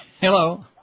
Hello